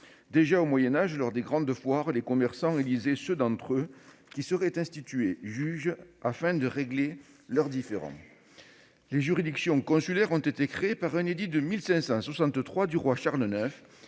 Déjà, au Moyen Âge, lors des grandes foires, les commerçants élisaient ceux d'entre eux qui seraient institués juges, afin de régler leurs différends. Les juridictions consulaires ont été créées par un édit de 1563 du roi Charles IX,